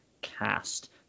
cast